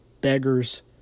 beggars